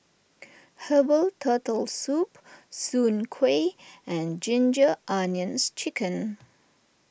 Herbal Turtle Soup Soon Kway and Ginger Onions Chicken